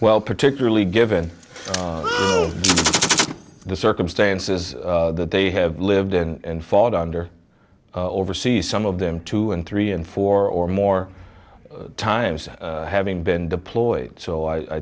well particularly given the circumstances that they have lived and fought under overseas some of them two and three and four or more times having been deployed so i